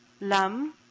lam